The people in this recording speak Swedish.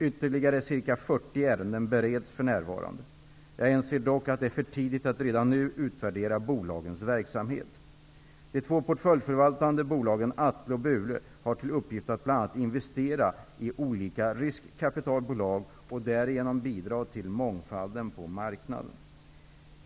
Ytterligare ca 40 ärenden bereds för närvarande. Jag anser dock att det är för tidigt att redan nu utvärdera bolagens verksamhet. De två portföljförvaltande bolagen Atle och Bure har till uppgift att bl.a. investera i olika riskkapitalbolag och därigenom bidra till mångfalden på marknaden.